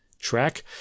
track